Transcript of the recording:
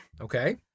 Okay